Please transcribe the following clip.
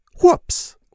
Whoops